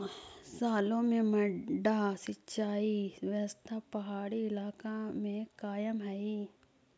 सालो से मड्डा सिंचाई व्यवस्था पहाड़ी इलाका में कायम हइ